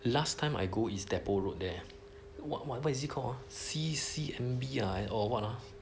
last time I go is depot road there what what is it called ah C_C_N_B or what ah